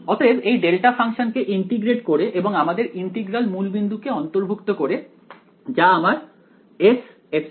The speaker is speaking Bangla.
অতএব এই ডেল্টা ফাংশন কে ইন্টিগ্রেট করে এবং আমাদের ইন্টিগ্রাল মূলবিন্দু কে অন্তর্ভুক্ত করে যা আমার Sε